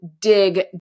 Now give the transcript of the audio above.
dig